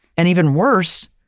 and even worse,